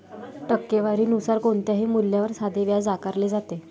टक्केवारी नुसार कोणत्याही मूल्यावर साधे व्याज आकारले जाते